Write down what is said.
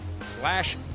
slash